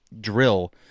drill